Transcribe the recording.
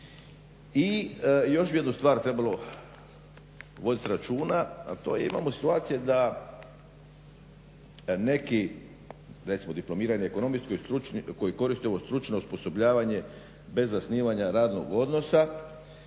I još bi jednu stvar trebalo voditi računa, a to je imamo situacije da neki recimo diplomirani ekonomist koji koristi ovo stručno osposobljavanje bez zasnivanja radnog odnosa